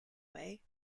way